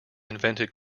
invented